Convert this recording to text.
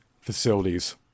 facilities